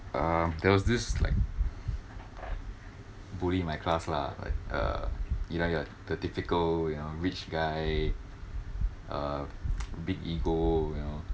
uh there was this like bully in my class lah like uh you know your the typical you know rich guy uh big ego you know